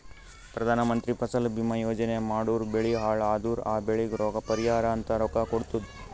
ಪ್ರಧಾನ ಮಂತ್ರಿ ಫಸಲ ಭೀಮಾ ಯೋಜನಾ ಮಾಡುರ್ ಬೆಳಿ ಹಾಳ್ ಅದುರ್ ಆ ಬೆಳಿಗ್ ಪರಿಹಾರ ಅಂತ ರೊಕ್ಕಾ ಕೊಡ್ತುದ್